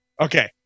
okay